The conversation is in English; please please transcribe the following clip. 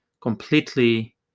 completely